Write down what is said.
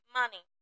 money